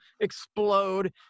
explode